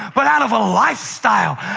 but out of a lifestyle,